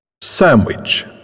Sandwich